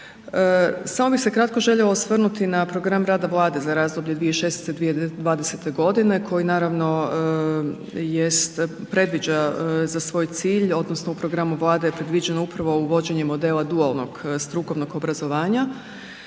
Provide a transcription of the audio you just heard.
Samo bih se kratko željela osvrnuti na program rada Vlade za razdoblje 2016. – 2020. godine koji naravno jest, predviđa za svoj cilj odnosno u programu Vlade je predviđeno upravo uvođenja modela dualnog strukovnog obrazovanja,